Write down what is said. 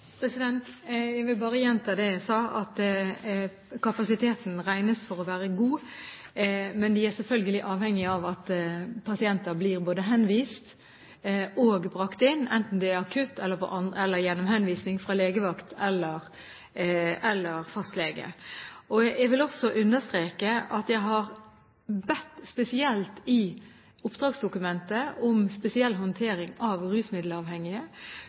Jeg vil bare gjenta det jeg sa, at kapasiteten regnes for å være god. Men vi er selvfølgelig avhengige av at pasienter både blir henvist og blir brakt inn, enten det er akutt eller gjennom henvisning fra legevakt eller fastlege. Jeg vil også understreke at jeg i oppdragsdokumentet har bedt spesielt om håndtering av rusmiddelavhengige,